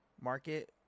market